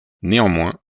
néanmoins